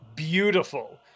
Beautiful